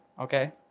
Okay